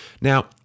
Now